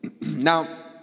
Now